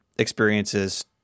experiences